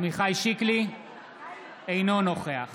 אינו נוכח